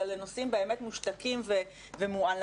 אלא לנושאים באמת מושתקים ומועלמים.